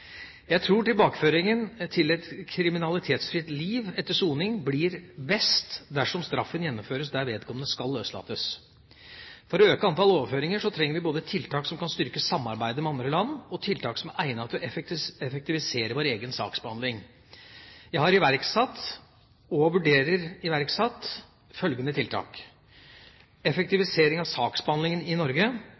Jeg tror tilbakeføringen til et kriminalitetsfritt liv etter soning blir best dersom straffen gjennomføres der vedkommende skal løslates. For å øke antallet overføringer trenger vi både tiltak som kan styrke samarbeidet med andre land, og tiltak som er egnet til å effektivisere vår egen saksbehandling. Jeg har iverksatt, og vurderer å iverksette, følgende tiltak: Effektivisering av saksbehandlinga i Norge.